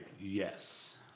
Yes